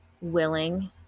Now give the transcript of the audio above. willing